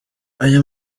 aya